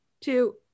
two